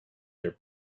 their